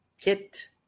Kit